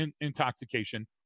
intoxication